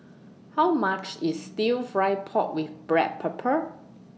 How much IS Stir Fried Pork with Black Pepper